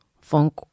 funk